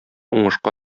уңышка